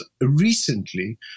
recently